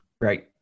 right